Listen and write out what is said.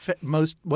most-